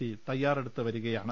C തയ്യാറെടുത്ത് വരികയാണ്